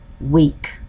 weak